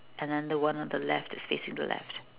and then the one on the left is facing the left